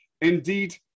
indeed